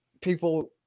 people